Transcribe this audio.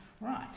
Right